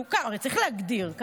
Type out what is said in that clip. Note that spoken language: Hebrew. הרי צריך להגדיר.